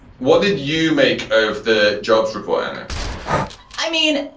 what did you make of the jobs report? and i mean,